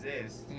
exist